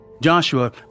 Joshua